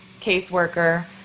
caseworker